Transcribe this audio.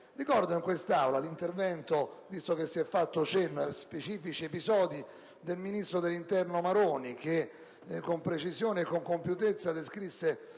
Ricordo in quest'Aula l'intervento - visto che si è fatto cenno a specifici episodi - del ministro dell'interno Maroni che, con precisione e compiutezza, descrisse